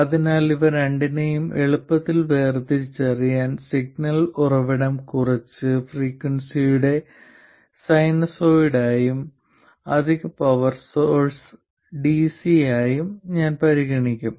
അതിനാൽ ഇവ രണ്ടിനെയും എളുപ്പത്തിൽ വേർതിരിച്ചറിയാൻ സിഗ്നൽ ഉറവിടം കുറച്ച് ഫ്രീക്വൻസിയുടെ സൈനസോയിഡായും അധിക പവർ സോഴ്സ് ഡിസിയായും ഞാൻ പരിഗണിക്കും